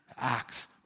Acts